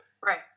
right